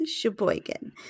Sheboygan